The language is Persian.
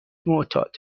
معتاد